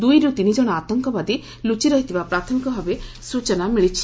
ଦୁଇରୁ ତିନି ମଔ ଆତଙ୍କବାଦୀ ଲୁଚି ରହିଥିବା ପ୍ରାଥମିକ ଭାବେ ସୂଚନା ମିଳିଛି